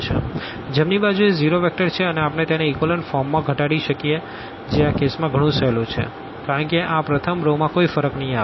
b0 0 0 જમણી બાજુ એ ઝીરો વેક્ટર છે આપણે તેને ઇકોલન ફોર્મ માં ઘટાડી શકીએ જે આ કેસ માં ગણું સહેલું છે કારણ કે આ પ્રથમ રો માં કોઈ ફરક નહિ આવે